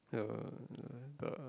the the